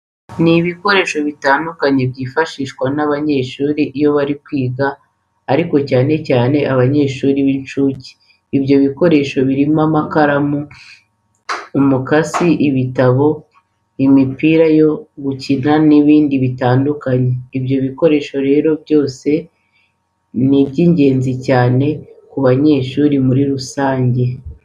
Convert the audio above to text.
Ni ibikoresho bitandukanye byifashishwa n'abanyeshuri iyo bari kwiga ariko cyane cyane abanyeshuri b'incuke. Ibyo bikoresho birimo amakaramu, umukasi, ibitabo, imipira yo gukina n'ibindi bitandukanye. Ibyo bikoresho rero byose ni ingenzi cyane ku banyeshuri muri rusange.